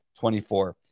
24